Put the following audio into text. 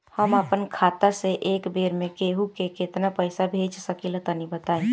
हम आपन खाता से एक बेर मे केंहू के केतना पईसा भेज सकिला तनि बताईं?